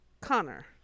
Connor